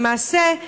למעשה,